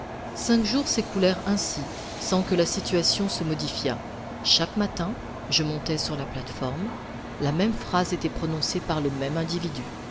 cinq jours s'écoulèrent ainsi sans que la situation se modifiât chaque matin je montais sur la plate-forme la même phrase était prononcée par le même individu